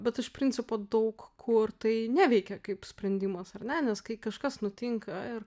bet iš principo daug kur tai neveikia kaip sprendimas ar ne nes kai kažkas nutinka ir